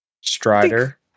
Strider